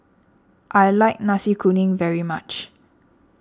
I like Nasi Kuning very much